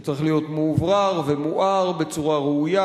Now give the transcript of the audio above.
שצריך להיות מאוורר ומואר בצורה ראויה.